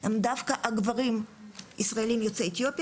הם דווקא גברים ישראליים יוצאי אתיופיה,